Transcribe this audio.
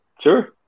Sure